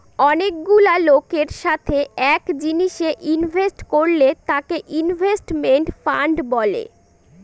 অনেকগুলা লোকের সাথে এক জিনিসে ইনভেস্ট করলে তাকে ইনভেস্টমেন্ট ফান্ড বলে